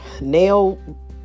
nail